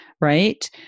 right